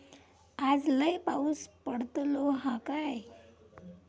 आज लय पाऊस पडतलो हा काय?